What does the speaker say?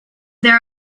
there